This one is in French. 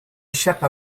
échappe